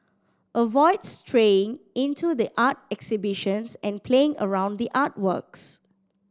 avoid straying into the art exhibitions and playing around the artworks